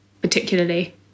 particularly